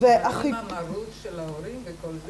ואחי.